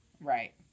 Right